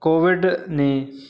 Covid ਨੇ